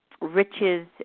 riches